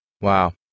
Wow